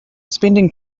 spending